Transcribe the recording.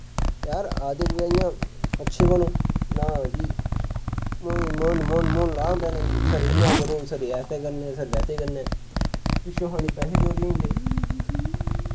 यार आ दे कुदै इयां अच्छे बनो ना जी मुन मुन मुन ला दा होंदा उनैं सर इयां करो सर ऐसे करना सर बैसे करना ऐ पिच्छो सानी पैसे चोरी होई जंदे